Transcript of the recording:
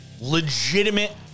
legitimate